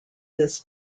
this